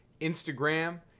Instagram